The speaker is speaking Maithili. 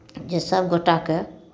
जे सभ गोटाके